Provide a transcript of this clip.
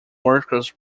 workers